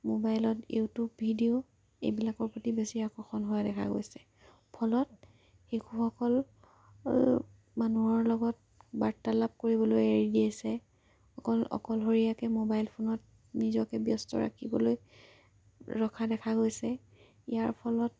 মোবাইলত YouTube video এইবিলাকৰ প্ৰতি বেছি আকৰ্ষণ হোৱা দেখা গৈছে ফলত শিশুসকল অল মানুহৰ লগত বাৰ্তালাপ কৰিবলৈ এৰি দি আছে অকল অকলশৰীয়াকৈ মোবাইল ফোনত নিজকে ব্যস্ত ৰাখিবলৈ ৰখা দেখা গৈছে ইয়াৰ ফলত